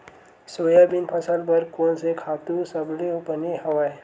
Soybean फसल बर कोन से खातु सबले बने हवय?